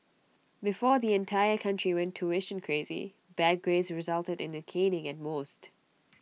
before the entire country went tuition crazy bad grades resulted in A caning at most